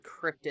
cryptid